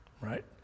Right